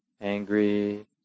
angry